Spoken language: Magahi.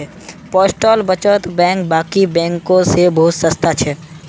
पोस्टल बचत बैंक बाकी बैंकों से बहुत सस्ता छे